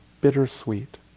bittersweet